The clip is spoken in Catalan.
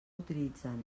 utilitzen